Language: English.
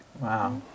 Wow